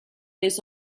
nies